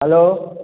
hello